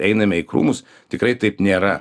einame į krūmus tikrai taip nėra